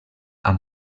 amb